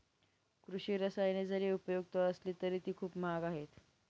कृषी रसायने जरी उपयुक्त असली तरी ती खूप महाग आहेत